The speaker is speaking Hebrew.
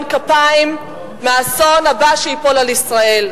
כפיהם באסון הבא שייפול על ישראל,